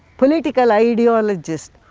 political ideologist,